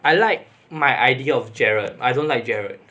I like my idea of gerald I don't like gerald